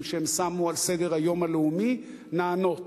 שהם שמו על סדר-היום הלאומי נענים.